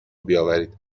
بیاورید